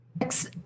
Next